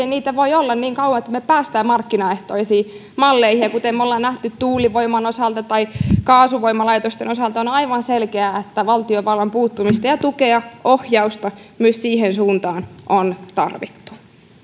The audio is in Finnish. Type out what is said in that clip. niitä voi olla niin kauan että me pääsemme markkinaehtoisiin malleihin ja kuten me olemme nähneet tuulivoiman osalta tai kaasuvoimalaitosten osalta on aivan selkeää että valtiovallan puuttumista ja tukea ohjausta myös siihen suuntaan on tarvittu